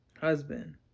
Husband